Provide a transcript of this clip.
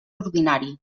ordinari